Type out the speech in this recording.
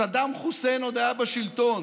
סדאם חוסיין עוד היה בשלטון.